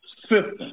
system